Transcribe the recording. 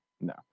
no